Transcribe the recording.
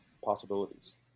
possibilities